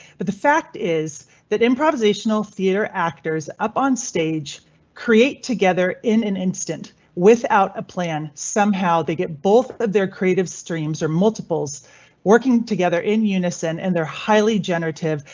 but the fact is that improvisational theater actors up onstage create together in an instant without a plan. somehow they get both of their creative streams or multiples working together in unison, and they're highly generative.